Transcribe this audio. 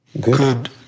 Good